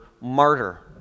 martyr